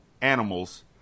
animals